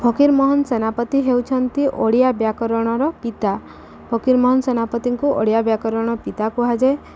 ଫକୀରମୋହନ ସେନାପତି ହେଉଛନ୍ତି ଓଡ଼ିଆ ବ୍ୟାକରଣର ପିତା ଫକୀରମୋହନ ସେନାପତିଙ୍କୁ ଓଡ଼ିଆ ବ୍ୟାକରଣ ପିତା କୁହାଯାଏ